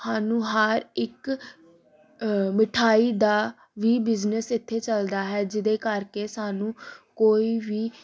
ਸਾਨੂੰ ਹਰ ਇੱਕ ਮਿਠਾਈ ਦਾ ਵੀ ਬਿਜਨਸ ਇੱਥੇ ਚਲਦਾ ਹੈ ਜਿਹਦੇ ਕਰਕੇ ਸਾਨੂੰ ਕੋਈ ਵੀ